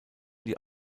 die